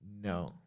No